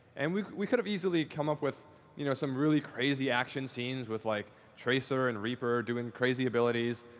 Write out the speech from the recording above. and we we could have easily come up with you know some really crazy action scenes with like tracer and reaper doing the crazy abilities,